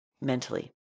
mentally